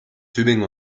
tübingen